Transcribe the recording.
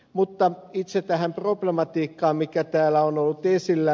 mutta itse tähän problematiikkaan mikä täällä on ollut esillä